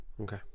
Okay